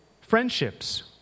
friendships